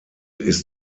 ist